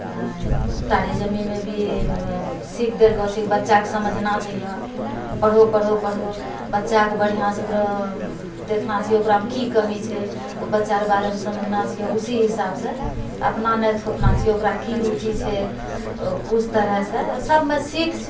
तारे जमीं मे भी सीख देलकऽ सीख बच्चाके समझना चाहिअऽ पढ़ो पढ़ो पढ़ो बच्चाके बढ़िआँसँ ओकरो देखना चाहिअऽ ओकरामे की कमी छै ओ बच्चारऽ बारेमे समझना चाहिअऽ उसी हिसाबसँ अपना नहि थोपना चाहिअऽ ओकरा की रुचि छै उस तरहसे सबमे सीख छै